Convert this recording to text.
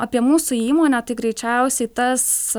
apie mūsų įmonę tai greičiausiai tas